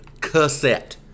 cassette